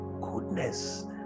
goodness